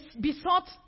besought